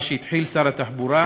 מה שהתחיל שר התחבורה,